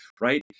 right